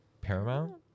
Paramount